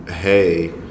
hey